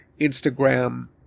Instagram